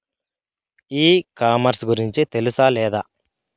ఈ కామర్స్ గురించి తెలుసా లేదా?